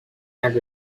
and